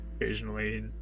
occasionally